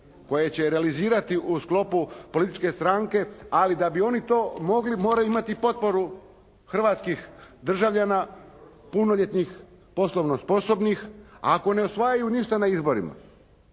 koje će realizirati u sklopu političke stranke, ali da bi oni to mogli moraju imati potporu hrvatskih državljana punoljetnih, poslovno sposobnih. Ako ne osvajaju ništa na izborima,